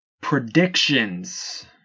predictions